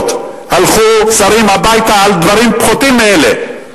הלכו שרים הביתה על דברים פחותים מאלה.